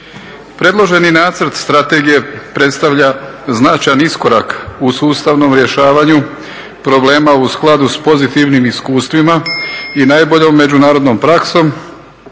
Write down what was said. Predloženi nacrt strategije predstavlja značajan iskorak u sustavnom rješavanju problema u skladu s pozitivnim iskustvima i najboljom međunarodnom praksom,